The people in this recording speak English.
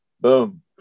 Boom